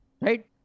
Right